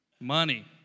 money